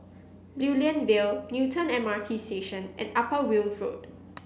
Lew Lian Vale Newton MRT Station and Upper Weld Road